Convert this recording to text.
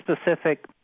specific